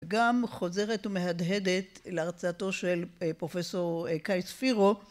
גם חוזרת ומהדהדת להרצאתו של פרופסור קייס פירו